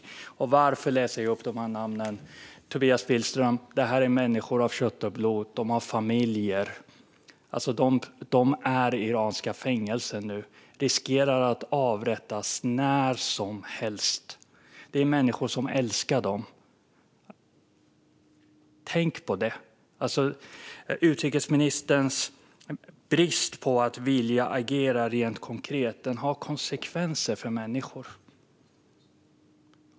Varför läser jag då upp dessa namn? Tobias Billström, detta är människor av kött och blod. De har familjer. De är nu i iranska fängelser och riskerar att avrättas när som helst. De har människor som älskar dem. Tänk på det! Utrikesministerns brist på vilja att agera rent konkret har konsekvenser för människor.